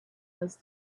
was